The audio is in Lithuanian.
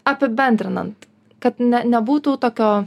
apibendrinant kad ne nebūtų tokio